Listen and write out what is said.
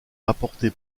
rapportée